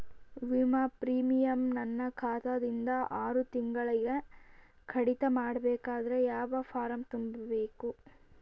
ವಿಮಾ ಪ್ರೀಮಿಯಂ ನನ್ನ ಖಾತಾ ದಿಂದ ಆರು ತಿಂಗಳಗೆ ಕಡಿತ ಮಾಡಬೇಕಾದರೆ ಯಾವ ಫಾರಂ ತುಂಬಬೇಕು?